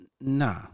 Nah